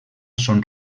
són